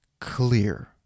clear